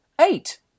eight